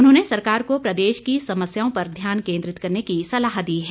उन्होंने सरकार को प्रदेश की समस्याओं पर ध्यान केन्द्रित करने की सलाह दी है